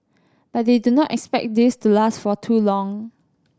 but they do not expect this to last for too long